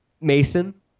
Mason